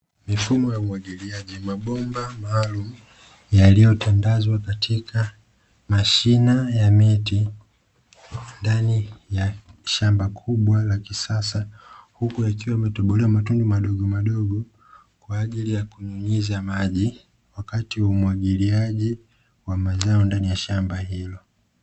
Mifumo ya umwagiliaji mabomba maalumu yaliyotandazwa katika mashina ya miti ndani ya shamba kubwa la kisasa, huku yakiwa yametoborewa madundu madogo madogo kwa ajili ya kunyunyiza maji wakati wa umwagiliaji wa mazao ndani ya shamba hilo.